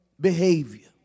behavior